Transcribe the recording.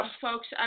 Folks